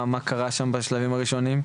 מה קרה שם בשלבים הראשונים,